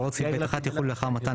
תן קול, מה לייק?